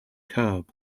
curb